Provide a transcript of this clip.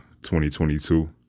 2022